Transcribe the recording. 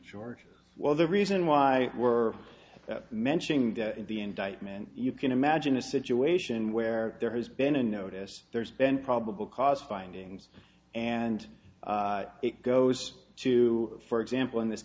charges well the reason why we're mentioning that in the indictment you can imagine a situation where there has been a notice there's been probable cause findings and it goes to for example in this